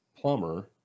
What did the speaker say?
plumber